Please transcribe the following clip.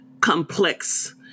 complex